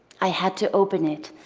i had to open it.